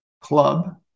club